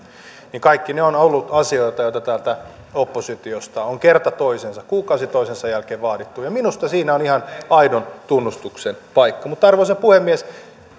ovat olleet asioita joita täältä oppositiosta on kerta toisensa jälkeen kuukausi toisensa jälkeen vaadittu ja minusta siinä on ihan aidon tunnustuksen paikka mutta arvoisa puhemies